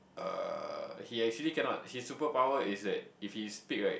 uh he actually cannot his superpower is that if he speak right